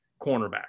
cornerback